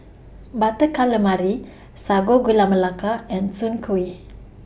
Butter Calamari Sago Gula Melaka and Soon Kueh